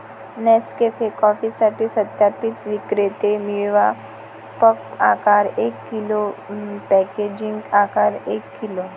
Nescafe कॉफीसाठी सत्यापित विक्रेते मिळवा, पॅक आकार एक किलो, पॅकेजिंग आकार एक किलो